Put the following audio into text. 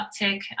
uptick